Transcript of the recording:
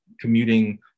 commuting